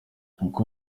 kuko